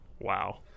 Wow